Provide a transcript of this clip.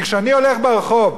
כי כשאני הולך ברחוב,